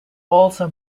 also